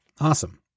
Awesome